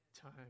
time